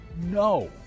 No